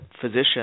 physician